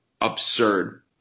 absurd